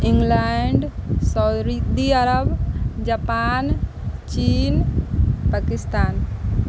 England Saudi Arabia Japan चीन पाकिस्तान